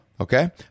Okay